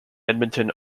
edmonton